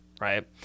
right